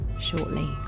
shortly